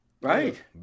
Right